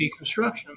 deconstruction